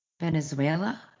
Venezuela